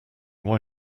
why